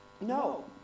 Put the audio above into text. No